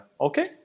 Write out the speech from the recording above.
Okay